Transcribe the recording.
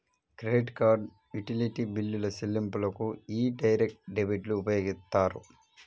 credit card, utility బిల్లుల చెల్లింపులకు యీ డైరెక్ట్ డెబిట్లు ఉపయోగిత్తారు